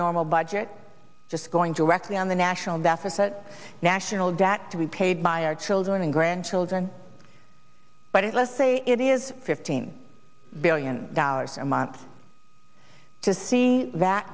normal budget just going to wreck the on the national deficit national debt to be paid by our children and grandchildren but it let's say it is fifteen billion dollars and want to see that